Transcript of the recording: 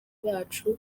bacu